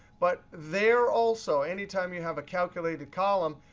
but there also, anytime you have a calculated column,